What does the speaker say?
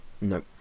no